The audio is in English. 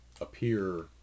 appear